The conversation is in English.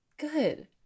Good